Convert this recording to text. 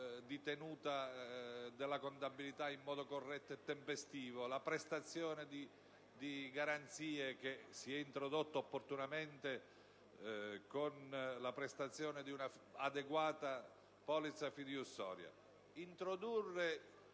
di tenuta della contabilità in modo corretto e tempestivo, la prestazione di garanzie che si è introdotta opportunamente con la prestazione di un'adeguata polizza fideiussoria.